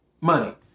money